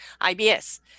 IBS